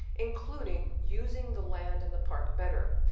including using the land and the park better.